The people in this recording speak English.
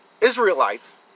Israelites